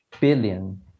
billion